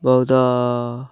ବହୁତ